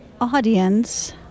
audience